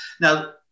Now